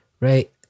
right